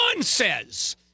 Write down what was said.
says